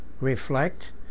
reflect